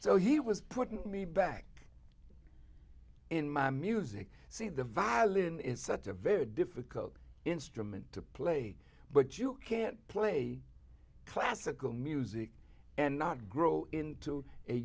so he was putting me back in my music see the violin is such a very difficult instrument to play but you can't play classical music and not grow into a